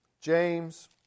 James